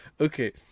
Okay